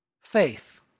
faith